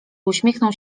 uśmiechnął